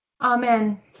amen